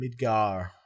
Midgar